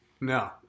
No